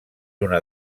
una